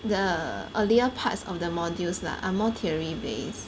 the earlier parts of the modules lah are more theory base